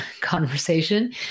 conversation